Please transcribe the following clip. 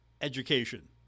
education